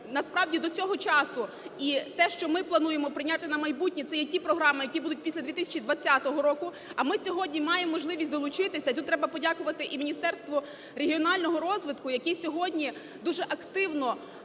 насправді, до цього часу і те, що ми плануємо прийняти на майбутнє – це є ті програми, які будуть після 2020 року, а ми сьогодні маємо можливість долучитися, і тут треба подякувати і Міністерству регіонального розвитку, яке сьогодні дуже активно